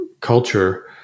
culture